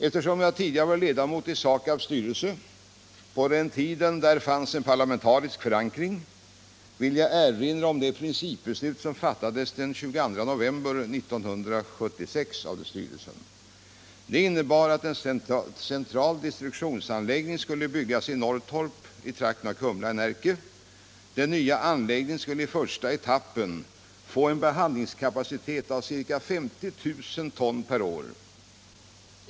Eftersom jag tidigare varit ledamot i SAKAB:s styrelse — på den tiden då där fanns en parlamentarisk förankring — vill jag erinra om det principbeslut som fattades av styrelsen den 22 november 1976. Det innebar att en central destruktionsanläggning skulle byggas i Norrtorp i trakten av Kumla i Närke. Den nya anläggningen skulle i första etappen få en behandlingskapacitet av ca 50 000 ton per år.